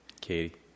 Katie